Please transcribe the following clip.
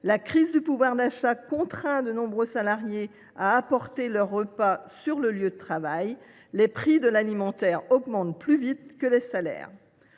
la crise du pouvoir d’achat contraint de nombreux salariés à apporter leur repas sur le lieu de travail ; les prix de l’alimentaire augmentent plus vite que les salaires.